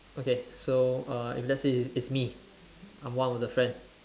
okay so uh if let's say it it's me I'm one of the friend